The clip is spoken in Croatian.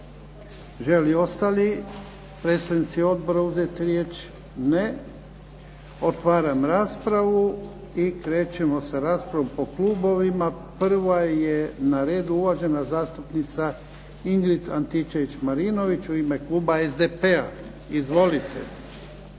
li ostali predstavnici odbora uzeti riječ? Ne. Otvaram raspravu i krećemo sa raspravom po klubovima. Prva je na redu uvažena zastupnica Ingrid Antičević-Marinović u ime kluba SDP-a. Izvolite.